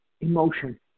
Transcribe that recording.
emotion